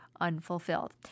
unfulfilled